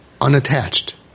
unattached